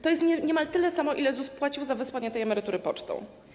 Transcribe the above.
To jest niemal tyle samo, ile ZUS płaci za wysłanie tej emerytury pocztą.